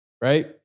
right